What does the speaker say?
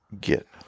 get